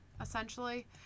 essentially